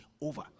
over